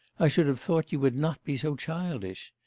i should have thought you would not be so childish.